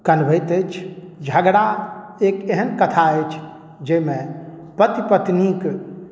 कनबैत अछि झगड़ा एक एहन कथा अछि जाहिमे पति पत्नीक